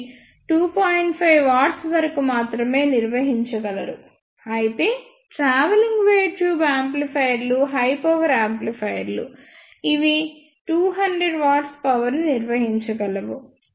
5 W వరకు మాత్రమే నిర్వహించగలరు అయితే ట్రావెలింగ్ వేవ్ ట్యూబ్ యాంప్లిఫైయర్లు హై పవర్ యాంప్లిఫైయర్లు ఇవి 200 W పవర్ ని నిర్వహించగలవు